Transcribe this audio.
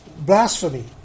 Blasphemy